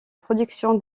production